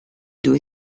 due